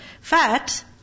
fat